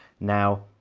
now,